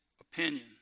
opinion